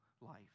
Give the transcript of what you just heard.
life